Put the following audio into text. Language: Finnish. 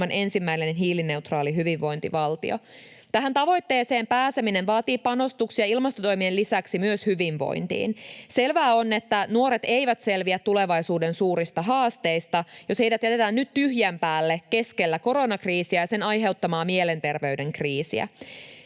ensimmäinen hiilineutraali hyvinvointivaltio. Tähän tavoitteeseen pääseminen vaatii panostuksia ilmastotoimien lisäksi myös hyvinvointiin. Selvää on, että nuoret eivät selviä tulevaisuuden suurista haasteista, jos heidät jätetään nyt tyhjän päälle keskellä koronakriisiä ja sen aiheuttamaa mielenterveyden kriisiä.